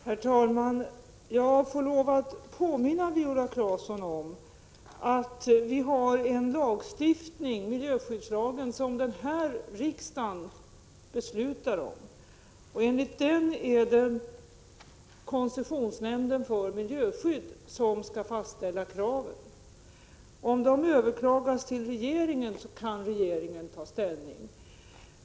Herr talman! Jag får lov att påminna Viola Claesson om att vi har miljöskyddslagen, som riksdagen beslutat om. Enligt den skall koncessionsnämnden för miljöskydd fastställa kraven. Om de överklagas till regeringen, kan regeringen ta ställning.